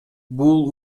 бул